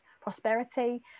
prosperity